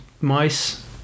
Mice